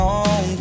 on